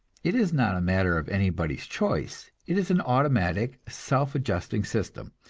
it is not a matter of anybody's choice it is an automatic, self-adjusting system,